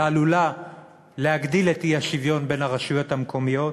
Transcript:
ועלולה להגדיל את האי-שוויון בין הרשויות המקומיות,